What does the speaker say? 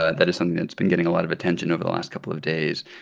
ah that is something that's been getting a lot of attention over the last couple of days.